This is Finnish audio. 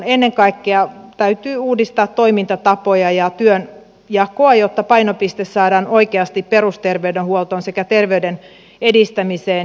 ennen kaikkea täytyy uudistaa toimintatapoja ja työnjakoa jotta painopiste saadaan oikeasti perusterveydenhuoltoon sekä terveyden edistämiseen